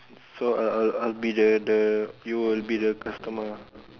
so I'll I'll I'll be the the you'll be the customer ah